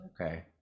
Okay